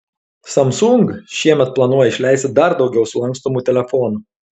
samsung šiemet planuoja išleisti dar daugiau sulankstomų telefonų